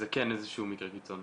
זה כן איזה שהוא מקרה קיצון,